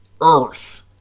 earth